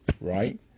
right